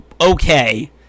okay